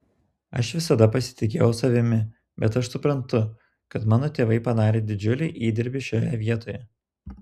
aš visada pasitikėjau savimi bet aš suprantu kad mano tėvai padarė didžiulį įdirbį šioje vietoje